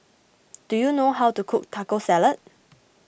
do you know how to cook Taco Salad